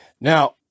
Now